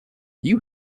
you